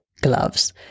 gloves